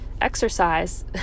exercise